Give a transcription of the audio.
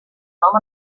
nom